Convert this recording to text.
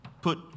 put